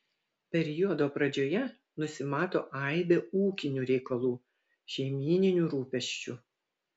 periodo pradžioje nusimato aibė ūkinių reikalų šeimyninių rūpesčių